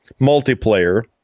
multiplayer